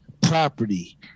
property